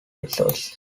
episodes